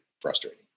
frustrating